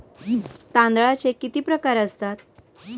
तांदळाचे किती प्रकार असतात?